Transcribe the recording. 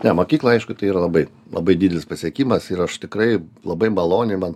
ne mokykla aišku tai yra labai labai didelis pasiekimas ir aš tikrai labai maloniai man